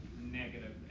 negative